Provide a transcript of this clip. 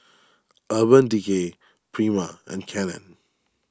Urban Decay Prima and Canon